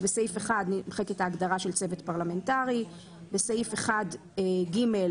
"תיקון חוק מימון מפלגות 3.בחוק מימון מפלגות,